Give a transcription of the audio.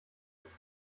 nicht